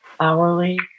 hourly